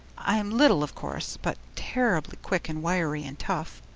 i'm little of course, but terribly quick and wiry and tough.